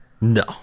no